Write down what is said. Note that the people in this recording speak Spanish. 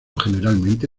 generalmente